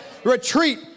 Retreat